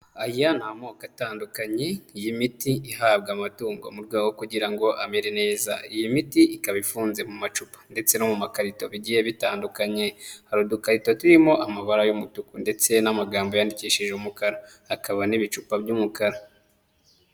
Aya ni amoko atandukanye y'imiti ihabwa amatungo mu rwego rwo kugira ngo amere neza, iyi miti ikaba ifunze mu macupa ndetse no mu makarito bigiye bitandukanye, hari udukarita turimo amabara y'umutuku ndetse n'amagambo yandikishije umukara, hakaba n'ibicupa by'umukara.